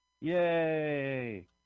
Yay